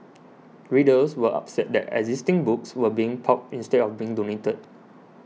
readers were upset that existing books were being pulped instead of being donated